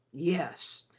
yes,